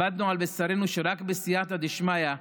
למדנו על בשרנו שרק בסייעתא דשמיא,